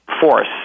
force